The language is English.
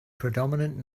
predominant